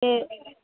ਅਤੇ